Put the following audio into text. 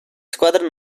squadra